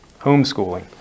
homeschooling